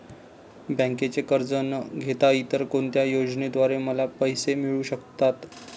बँकेचे कर्ज न घेता इतर कोणत्या योजनांद्वारे मला पैसे मिळू शकतात?